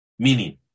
meaning